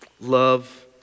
love